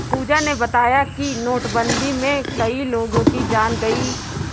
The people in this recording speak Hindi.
पूजा ने बताया कि नोटबंदी में कई लोगों की जान गई